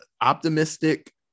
optimistic